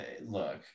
look